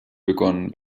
begonnen